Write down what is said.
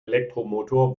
elektromotor